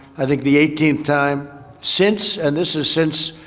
i think, the eighteenth time since and this is since,